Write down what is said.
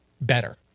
better